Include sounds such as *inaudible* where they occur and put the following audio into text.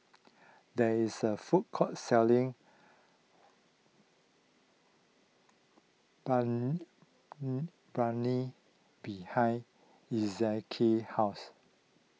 there is a food court selling *unintelligible* behind Ezekiel's house